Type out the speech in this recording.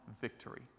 victory